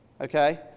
Okay